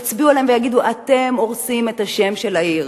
יצביעו עליהם ויגידו: אתם הורסים את השם של העיר,